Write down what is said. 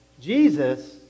Jesus